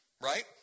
right